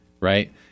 right